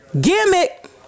Gimmick